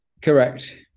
Correct